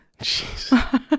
Jeez